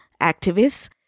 activists